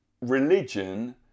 religion